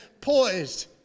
poised